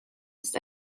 ist